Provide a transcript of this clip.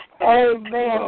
Amen